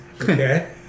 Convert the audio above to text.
okay